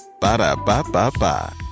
Ba-da-ba-ba-ba